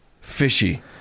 fishy